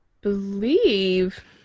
believe